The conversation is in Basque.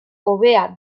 hobea